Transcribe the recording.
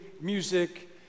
music